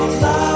Love